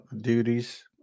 duties